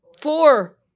four